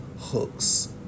hooks